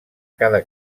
cada